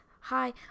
hi